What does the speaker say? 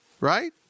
right